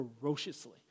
ferociously